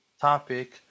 topic